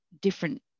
different